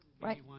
right